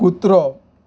कुत्रो